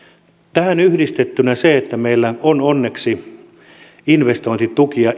tähän yhdistettynä se että meillä on onneksi investointitukia